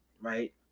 right